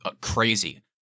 crazy